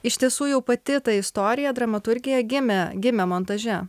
iš tiesų jau pati ta istorija dramaturgija gimė gimė montaže